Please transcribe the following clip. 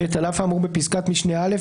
(ב)על אף האמור בפסקת משנה (א),